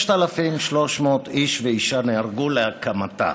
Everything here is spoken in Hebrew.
6,300 איש ואישה נהרגו על הקמתה.